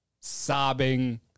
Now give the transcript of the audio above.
sobbing